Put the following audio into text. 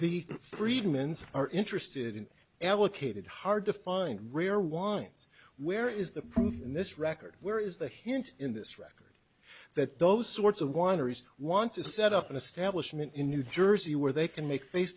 the freedman's are interested in allocated hard to find rare wines where is the proof in this record where is the hint in this record that those sorts of wineries want to set up an establishment in new jersey where they can make face